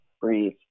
breathe